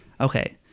Okay